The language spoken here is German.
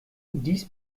dies